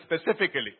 specifically